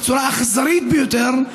בצורה אכזרית ביותר.